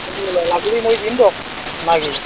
কিন্তু লাগিলে মই দিম দ'ক না কি